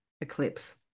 eclipse